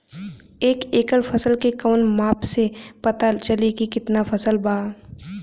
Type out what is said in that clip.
एक एकड़ फसल के कवन माप से पता चली की कितना फल बा?